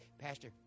Pastor